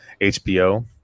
HBO